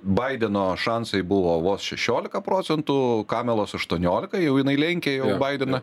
baideno šansai buvo vos šešiolika procentų kamelos aštuoniolika jau jinai lenkia baideną